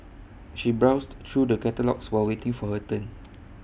she browsed through the catalogues while waiting for her turn